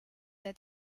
der